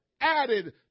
added